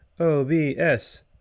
OBS